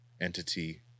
entity